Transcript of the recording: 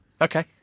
Okay